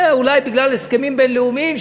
זה אולי בגלל הסכמים בין-לאומיים.